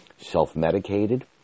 self-medicated